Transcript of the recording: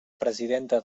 presidenta